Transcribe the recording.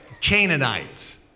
Canaanite